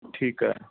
ਠੀਕ ਹੈ